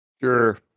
Sure